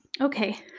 Okay